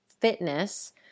fitness